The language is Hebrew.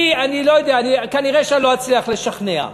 אני לא יודע, כנראה שאני לא אצליח לשכנע,